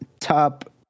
top